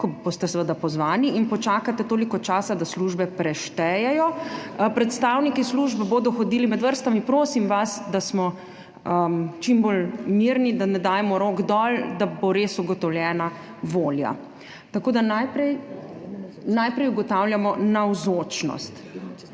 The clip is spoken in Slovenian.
ko boste seveda pozvani, in počakate toliko časa, da službe preštejejo. Predstavniki služb bodo hodili med vrstami. Prosim vas, da smo čim bolj mirni, da ne dajemo rok dol, da bo res ugotovljena volja. Najprej ugotavljamo navzočnost